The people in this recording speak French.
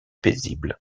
paisible